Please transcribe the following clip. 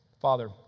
Father